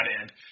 end